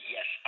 Yes